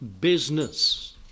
business